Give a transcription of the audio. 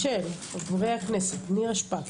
של חברי הכנסת נירה שפק,